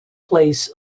plays